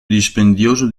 dispendioso